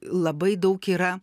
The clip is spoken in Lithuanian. labai daug yra